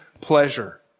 pleasure